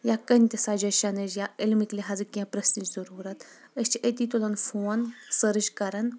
یا کُنہِ تہِ سجشنٕچ یا علمٕکۍ لحاظہٕ کینٛہہ پریژھنٕچ ضروٗرت أسۍ چھِ أتی تُلان فون سٔرٕچ کران